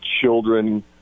children